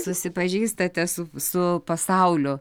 susipažįstate su su pasauliu